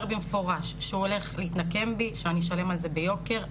במפורש שהוא יתנקם בי ושאני אשלם על זה ביוקר,